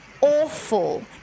awful